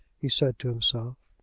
he said to himself.